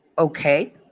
okay